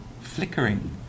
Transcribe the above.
flickering